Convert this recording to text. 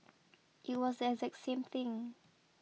it was the exact same thing